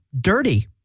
dirty